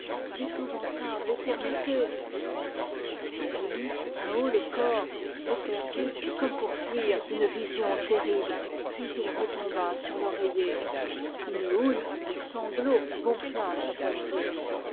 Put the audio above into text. l'épouvantable éternité il eut un haut-le-corps éperdu comme pour fuir une vision terrible puis il retomba sur l'oreiller une houle de sanglots gonfla sa poitrine